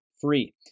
free